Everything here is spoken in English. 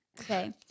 Okay